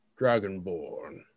Dragonborn